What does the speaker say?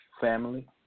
family